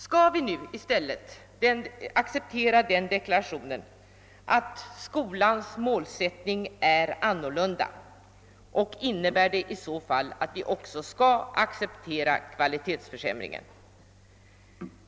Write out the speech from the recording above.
Skall vi nu i stället acceptera den deklarationen, att skolans målsättning har ändrats, och innebär det i så fall att vi också skall acceptera kvalitetsförsämring?